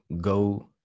go